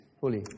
fully